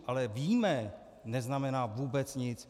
Ale víme neznamená vůbec nic.